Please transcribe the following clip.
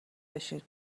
بشین